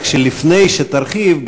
רק שלפני שתרחיב,